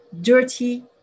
dirty